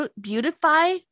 Beautify